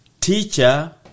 Teacher